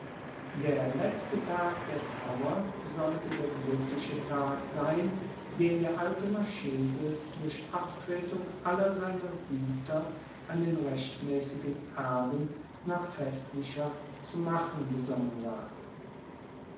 der letzte tag der trauer sollte der glückliche tag sein den der alte marchese durch abtretung aller seiner güter an den rechtmäßigen erben noch festlicher zu machen gesonnen war